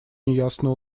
неясно